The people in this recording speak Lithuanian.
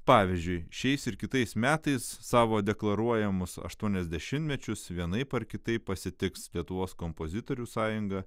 pavyzdžiui šiais ir kitais metais savo deklaruojamus aštuonis dešimtmečius vienaip ar kitaip pasitiks lietuvos kompozitorių sąjunga